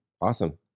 Awesome